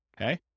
okay